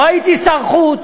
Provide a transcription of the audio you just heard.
לא הייתי שר החוץ,